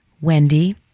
Wendy